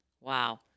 Wow